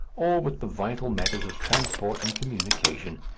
or with the vital matters of transport and communication,